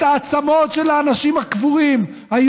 את העצמות של האנשים הקבורים בעזה,